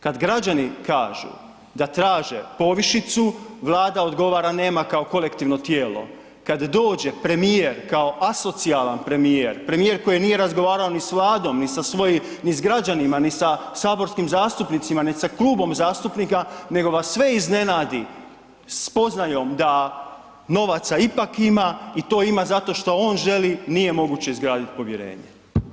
Kada građani kažu da traže povišicu, Vlade nema kao kolektivno tijelo, kada dođe premijer kao asocijalan premijer, premijer koji nije razgovarao ni s Vladom, ni sa građanima, ni sa saborskim zastupnicima, ni sa klubom zastupnika nego vas sve iznenadi spoznajom da novaca ipak ima i to ima zato što on želi, nije moguće izgraditi povjerenje.